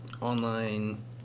online